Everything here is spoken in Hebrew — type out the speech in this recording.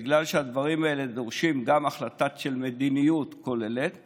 בגלל שהדברים האלה דורשים גם החלטה של מדיניות כוללת וגם,